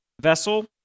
vessel